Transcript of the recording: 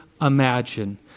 imagine